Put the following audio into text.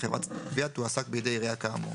חברת גבייה תועסק בידי עירייה כאמור,